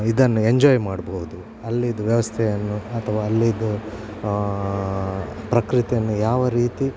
ಇದನ್ನು ಎಂಜಾಯ್ ಮಾಡಬಹುದು ಅಲ್ಲಿದ್ದ ವ್ಯವಸ್ಥೆಯನ್ನು ಅಥವಾ ಅಲ್ಲಿದ ಪ್ರಕೃತಿಯನ್ನು ಯಾವ ರೀತಿ